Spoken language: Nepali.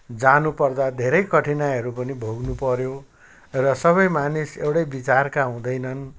जानपर्दा धेरै कठिनाइहरू पनि भोग्न पऱ्यो र सबै मानिस एउटै विचारका हुँदैनन्